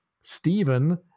Stephen